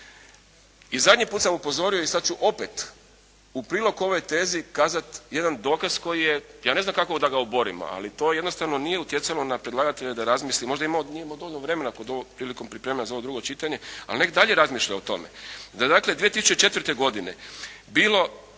I zadnji puta sam upozorio i sad ću opet u prilog ovoj tezi kazati jedan dokaz koji je, ja ne znam kako da ga oborimo, ali to jednostavno nije utjecalo na predlagatelja da razmisli, možda nije imao dovoljno vremena prilikom pripremanja za ovo drugo čitanje, ali neka dalje razmišlja o tome. Da je dakle 2004. godine bilo